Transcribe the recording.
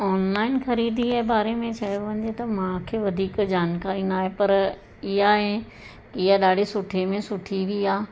online ख़रीदीअ जे बारे में चयो वञे त मूंखे वधीक जानकारी न आहे पर इहा आहे इहा ॾाढी सुठे में सुठी बि आहे